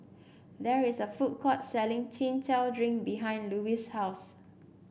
there is a food court selling Chin Chow Drink behind Louise's house